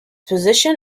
position